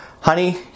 honey